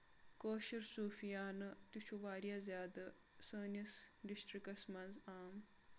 کٲشُر صوٗفیانہٕ تہِ چھُ واریاہ زیادٕ سٲنِس ڈِسٹرکَس منٛز عام